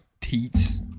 teats